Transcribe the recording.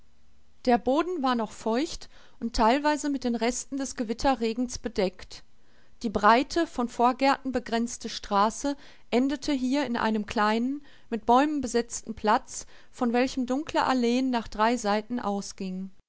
der boden war noch feucht und teilweise mit den resten des gewitterregens bedeckt die breite von vorgärten begrenzte straße endete hier in einem kleinen mit bäumen besetzten platz von welchem dunkle alleen nach drei seiten ausgingen